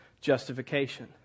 justification